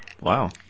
wow